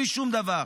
בלי שום דבר.